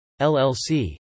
LLC